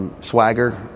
Swagger